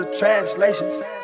Translations